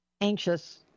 anxious